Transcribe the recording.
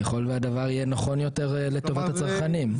ככל והדבר יהיה נכון יותר לטובת הצרכנים.